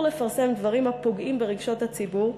לפרסם דברים הפוגעים ברגשות הציבור,